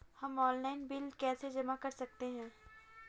हम online bill कैसे जमा कर सकते हैं?